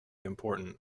important